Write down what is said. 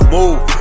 Move